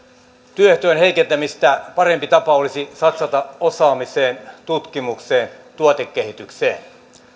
työehtojen heikentämistä parempi tapa olisi satsata osaamiseen tutkimukseen tuotekehitykseen